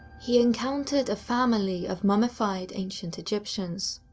he encountered a family of mummified ancient egyptians.